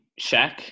Shaq